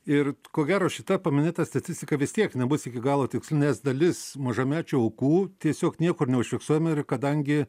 ir ko gero šita paminėta statistika vis tiek nebus iki galo tiksli nes dalis mažamečių aukų tiesiog niekur neužfiksuojama ir kadangi